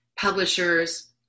publishers